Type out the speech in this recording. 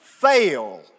Fail